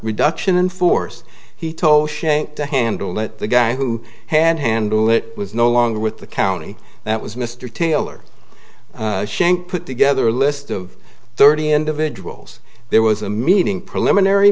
reduction in force he told shank to handle it the guy who had handled it was no longer with the county that was mr taylor shank put together a list of thirty individuals there was a meeting preliminary